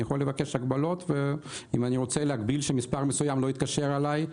אני יכול לבקש הגבלות אם אני רוצה להגביל מספרים מסוימים מלהתקשר אליי.